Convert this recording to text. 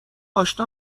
اشنا